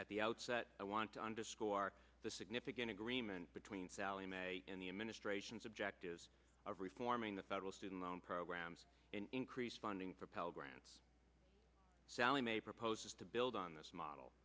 at the outset i want to underscore the significant agreement between sallie mae in the administration's objectives of reforming the federal student loan programs and increased funding for pell grants sallie mae proposes to build on this model